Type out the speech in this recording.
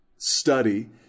study